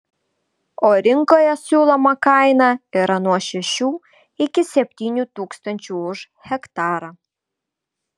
o rinkoje siūloma kaina yra nuo šešių iki septynių tūkstančių už hektarą